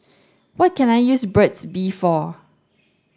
what can I use Burt's bee for